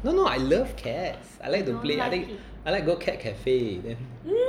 no no I love cats I like to play I think I like go cat cafe then